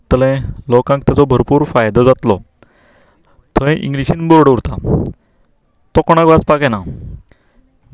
लोकांक ताजो भरपूर फायदो जातलो थंय इंग्लिशीन बोर्ड उरता तो कोणाक वाचपाक येना